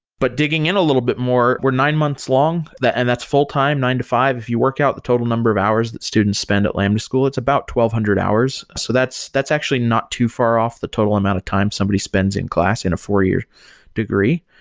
but digging in a little bit more, we're nine months long, and that's full-time, nine to five. if you work out the total number of hours that students spend at lambda school, it's about hundred hours. so that's that's actually not too far off the total amount of time somebody spends in class in a four-year degree.